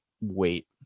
wait